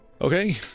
Okay